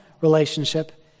relationship